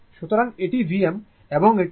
সুতরাং এটি Vm এবং এটি r Im